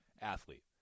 athlete